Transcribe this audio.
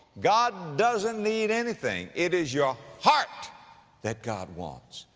god doesn't need anything. it is your heart that god wants.